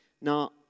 Now